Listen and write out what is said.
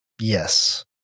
Yes